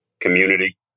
community